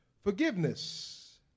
forgiveness